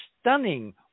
stunning